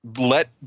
let